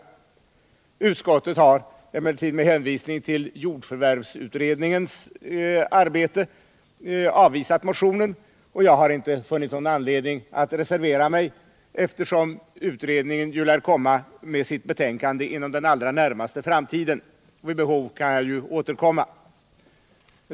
— Jordbrukspoliti Utskottet har emellertid med hänvisning till jordförvärvsutredningen av — ken, m.m. visat motionen, och jag har inte funnit anledning att reservera mig, eftersom utredningen lär komma med sitt betänkande inom den allra närmaste framtiden. Vid behov kan jag återkomma.